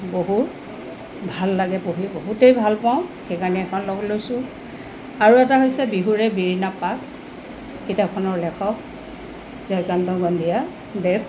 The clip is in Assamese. বহু ভাল লাগে পঢ়ি বহুতেই ভাল পাওঁ সেইকাৰণে এখন লগ লৈছোঁ আৰু এটা হৈছে বিহুৰে বিৰিণা পাত কিতাপখনৰ লেখক জয়কান্ত গণ্ডিয়াদেৱ